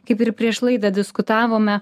kaip ir prieš laidą diskutavome